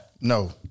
No